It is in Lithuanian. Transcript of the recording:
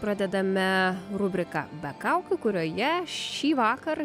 pradedame rubriką be kaukių kurioje šįvakar